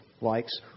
likes